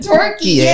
Turkey